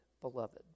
beloved